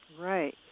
Right